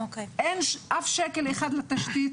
אין אף שקל אחד לתשתית